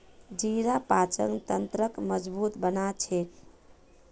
जीरा पाचन तंत्रक मजबूत बना छेक